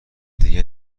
دیگه